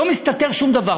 לא מסתתר שום דבר.